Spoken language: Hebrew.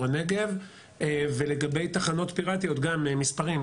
הנגב ולגבי תחנות פיראטיות גם מספרים,